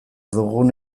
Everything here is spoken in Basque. dugun